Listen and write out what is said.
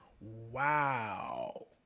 Wow